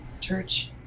church